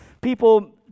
People